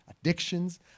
addictions